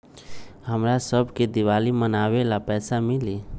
हमरा शव के दिवाली मनावेला पैसा मिली?